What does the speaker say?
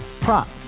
prop